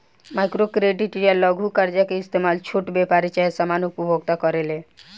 micro credit या लघु कर्जा के इस्तमाल छोट व्यापारी चाहे सामान्य उपभोक्ता करेले